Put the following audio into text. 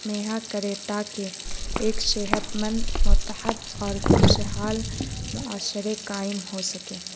مہیا کرے تاکہ ایک صحت مند متحد اور خوشحال معاشرے قائم ہو سکے